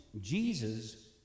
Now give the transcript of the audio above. Jesus